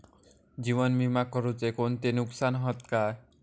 जीवन विमा करुचे कोणते नुकसान हत काय?